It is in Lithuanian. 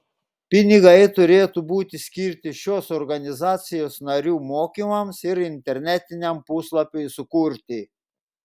pinigai turėtų būti skirti šios organizacijos narių mokymams ir internetiniam puslapiui sukurti